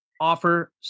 offer